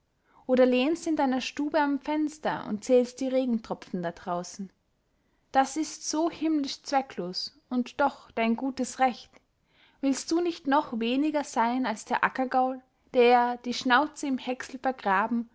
oder lehnst in deiner stube am fenster und zählst die regentropfen da draußen das ist so himmlisch zwecklos und doch dein gutes recht willst du nicht noch weniger sein als der ackergaul der die schnauze im häcksel vergraben